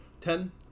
ten